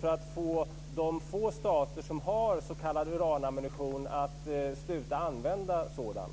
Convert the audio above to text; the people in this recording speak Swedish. för att få de få stater som har s.k. uranammunition att sluta använda sådan?